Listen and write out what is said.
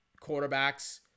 quarterbacks